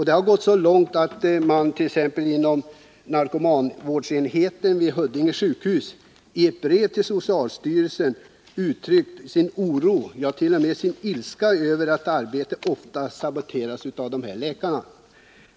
Det har gått så långt att man t.ex. vid narkomanvårdsenheten på Huddinge sjukhus i ett brev till socialstyrelsen har uttryckt sin oro, ja, t.o.m. ilska över att arbetet ofta saboteras av dessa läkare.